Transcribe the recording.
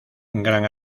gran